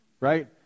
right